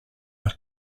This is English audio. are